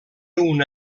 una